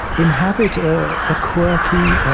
inhabit a ah quirky,